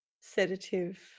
sedative